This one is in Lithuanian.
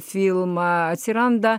filmą atsiranda